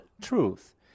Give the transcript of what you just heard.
truth